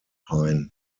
pine